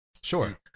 Sure